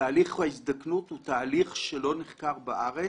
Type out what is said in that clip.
תהליך ההזדקנות הוא תהליך שלא נחקר בארץ,